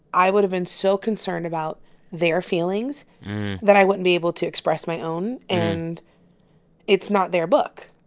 i would've been so concerned about their feelings that i wouldn't be able to express my own. and it's not their book